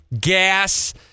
Gas